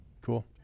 cool